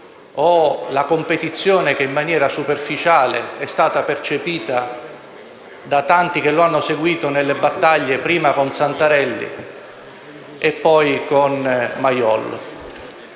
la competizione che, in maniera superficiale, è stata percepita da tanti che lo hanno seguito nelle battaglie prima con Santarelli e, poi, con Mayol.